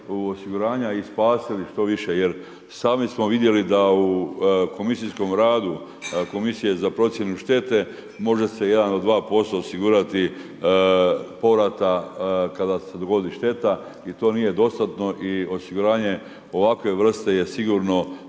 u osiguranja i spasili što više jer sami smo vidjeli da u komisijskom radu komisije za procjenu štete možda se 1-2% osigurati povrata kada se dogodi šteta i do nije dostatno i osiguranje ovakve vrste je sigurno